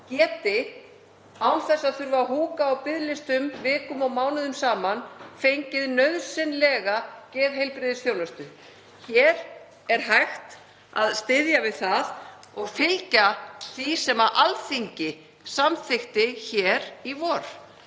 geti, án þess að þurfa að húka á biðlistum vikum og mánuðum saman, fengið nauðsynlega geðheilbrigðisþjónustu. Hér er hægt að styðja við það og fylgja því sem Alþingi samþykkti hér í vor,